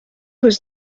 was